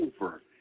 over